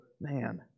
man